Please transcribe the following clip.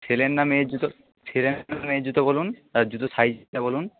ছেলের না মেয়ের জুতো ছেলের না মেয়ের জুতো বলুন আর জুতোর সাইজটা বলুন